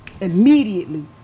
immediately